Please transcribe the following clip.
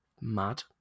Mad